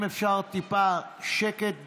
אם אפשר, טיפה שקט במליאה.